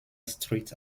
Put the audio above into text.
street